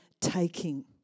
taking